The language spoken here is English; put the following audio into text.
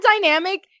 dynamic